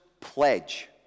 pledge